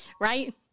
right